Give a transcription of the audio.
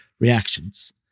reactions